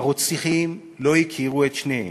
הרוצחים לא הכירו את שניהם.